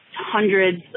hundreds